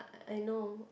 I know